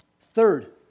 Third